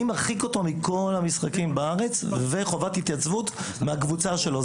אני מרחיק אותו מכל המשחקים בארץ וחובת התייצבות מהקבוצה שלו.